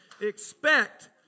expect